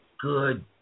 good